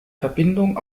verbindung